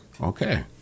Okay